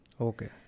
Okay